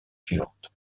suivante